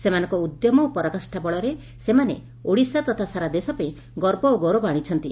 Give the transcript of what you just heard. ସେମାନଙ୍କ ଉଦ୍ୟମ ଓ ପରାକାଷା ବଳରେ ସେମାନେ ଓଡ଼ିଶା ଓ ସାରା ଦେଶ ପାଇଁ ଗର୍ବ ଓ ଗୌରବ ଆଣିଛନ୍ତି